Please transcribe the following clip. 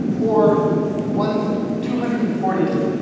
or one two hundred and fortieth,